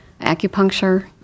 acupuncture